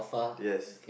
yes